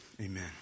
Amen